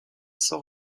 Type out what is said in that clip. sans